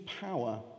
power